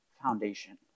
foundation